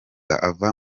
ava